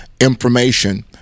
information